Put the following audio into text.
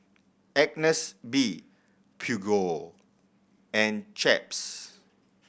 Agnes B Peugeot and Chaps